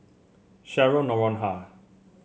Cheryl Noronha